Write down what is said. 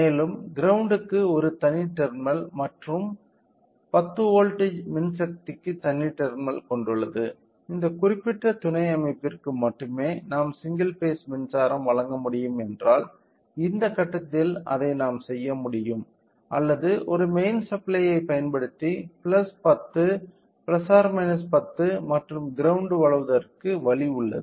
மேலும் கிரௌண்ட்க்கு ஒரு தனி டெர்மினல் மற்றும் 10 வோல்ட் மின்சக்திக்கு தனி டெர்மினல் கொண்டுள்ளது இந்த குறிப்பிட்ட துணை அமைப்பிற்கு மட்டுமே நாம் சிங்கிள் பேஸ் மின்சாரம் வழங்க வேண்டும் என்றால் இந்த கட்டத்தில் அதை நாம் செய்ய முடியும் அல்லது ஒரு மெயின் சப்ளையைப் பயன்படுத்தி 10 ± 10 மற்றும் கிரௌண்ட் வழங்குவதற்க்கு வழி உள்ளது